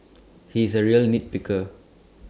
he is A real nit picker